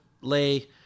lay